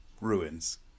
ruins